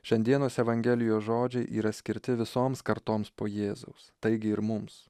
šiandienos evangelijos žodžiai yra skirti visoms kartoms po jėzaus taigi ir mums